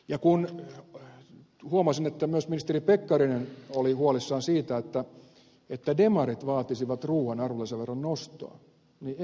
ja kun huomasin että myös ministeri pekkarinen oli huolissaan siitä että demarit vaatisivat ruuan arvonlisäveron nostoa niin emme me ole sitä tehneet